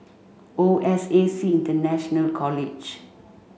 O S A C International College